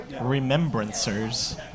Remembrancers